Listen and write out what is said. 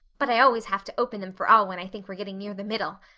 but i always have to open them for all when i think we're getting near the middle.